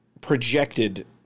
projected